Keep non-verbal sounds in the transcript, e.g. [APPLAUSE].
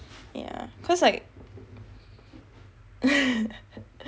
yah cause like [LAUGHS]